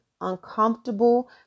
uncomfortable